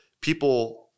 people